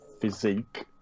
physique